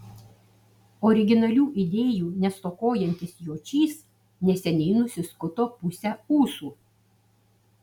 originalių idėjų nestokojantis jočys neseniai nusiskuto pusę ūsų